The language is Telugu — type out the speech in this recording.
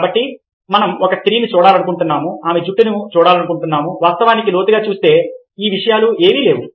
కాబట్టి మనం ఒక స్త్రీని చూడగలుగుతున్నాము ఆమె జుట్టును చూడగలుగుతున్నాము వాస్తవానికి లోతుగా చూస్తే ఈ విషయాలు ఏవీ లేవు